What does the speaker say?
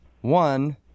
one-